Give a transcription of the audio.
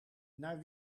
naar